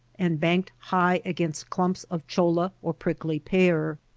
and banked high against clumps of cholla or prickly pear.